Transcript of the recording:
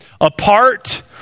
apart